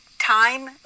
time